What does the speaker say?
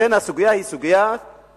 לכן הסוגיה היא סוגיה פוליטית.